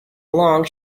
along